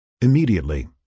Immediately